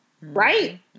Right